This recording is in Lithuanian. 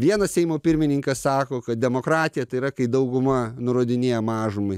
vienas seimo pirmininkas sako kad demokratija tai yra kai dauguma nurodinėja mažumai